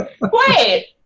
Wait